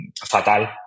Fatal